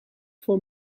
for